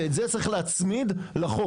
ואת זה צריך להצמיד לחוק.